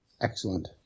Excellent